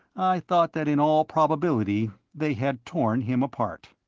i thought that in all probability they had torn him apart.